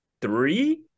three